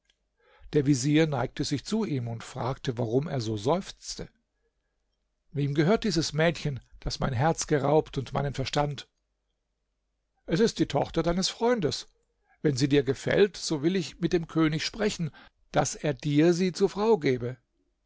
der vezier neigte sich zu ihm hin und fragte warum er so seufze wem gehört dieses mädchen das mein herz geraubt und meinen verstand es ist die tochter deines freundes wenn sie dir gefällt so will ich mit dem könig sprechen daß er dir sie zur frau gebe